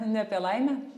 ne apie laimę